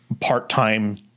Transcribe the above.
part-time